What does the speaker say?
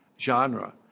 genre